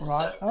Right